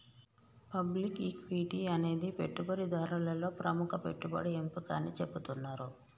public equity అనేది పెట్టుబడిదారులలో ప్రముఖ పెట్టుబడి ఎంపిక అని చెబుతున్నరు